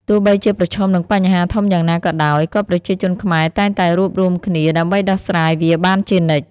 ទោះបីជាប្រឈមនឹងបញ្ហាធំយ៉ាងណាក៏ដោយ ក៏ប្រជាជនខ្មែរតែងតែរួបរួមគ្នាដើម្បីដោះស្រាយវាបានជានិច្ច។